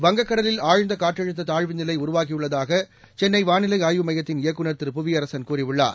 வங்கக்கடலில் ஆழ்ந்த காற்றழுத்த தாழ்வு நிலை உருவாகியுள்ளதாக சென்னை வானிலை ஆய்வு மையத்தின் இயக்குநர் திரு புவியரசன் கூறியுள்ளார்